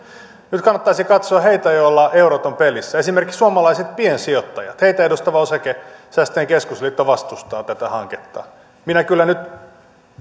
nyt kannattaisi katsoa heitä joilla eurot ovat pelissä esimerkiksi suomalaiset piensijoittajat heitä edustava osakesäästäjien keskusliitto vastustaa tätä hanketta minä kyllä nyt